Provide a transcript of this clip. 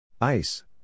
Ice